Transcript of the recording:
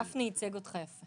גפני ייצג אותך יפה.